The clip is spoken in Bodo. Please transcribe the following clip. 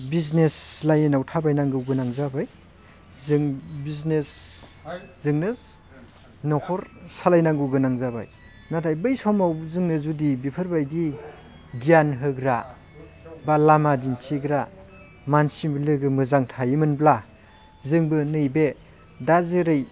बिजनेस लाइनआव थाबायनांगौ गोनां जाबाय जों बिजनेसजोंनो न'खर सालायनांगौ गोनां जाबाय नाथाय बै समाव जोंनो जुदि बिफोरबायदि गियान होग्रा बा लामा दिन्थिग्रा मानसि लोगो मोजां थायोमोनब्ला जोंबो नैबे दा जेरै